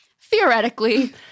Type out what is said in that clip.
theoretically